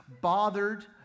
bothered